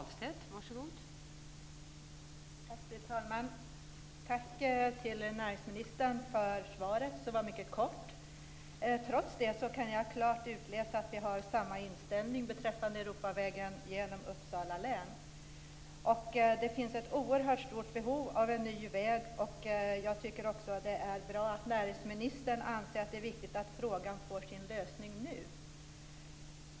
Fru talman! Jag vill tacka näringsministern för svaret, som var mycket kort. Trots det kan jag klart utläsa att vi har samma inställning beträffande Europavägen genom Uppsala län. Det finns ett oerhört stort behov av en ny väg, och jag tycker att det är bra att näringsministern anser att det är viktigt att frågan får sin lösning nu.